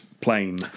plane